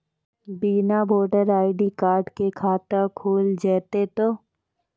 बिना voter ID card के खाता खुल जैते तो?